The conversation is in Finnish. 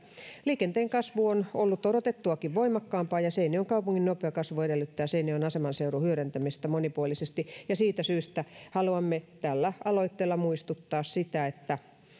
liikenteen kasvu on ollut odotettuakin voimakkaampaa ja seinäjoen kaupungin nopea kasvu edellyttää seinäjoen aseman seudun hyödyntämistä monipuolisesti siitä syystä haluamme tällä aloitteella muistuttaa siitä